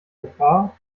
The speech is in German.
gefahr